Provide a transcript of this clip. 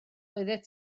oeddet